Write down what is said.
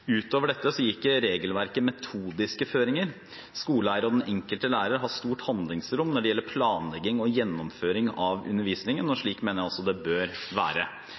Utover dette gir ikke regelverket metodiske føringer. Skoleeier og den enkelte lærer har stort handlingsrom når det gjelder planlegging og gjennomføring av undervisningen, og slik mener jeg også det bør være.